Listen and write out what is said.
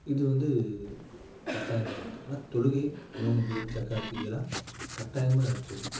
இது வந்து கட்டாயம் கிடையாது ஆனால் தொழுகை நோன்பு ஜகாத்து இதெல்லாம் கட்டாயமாக இருக்கு